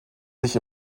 sich